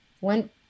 went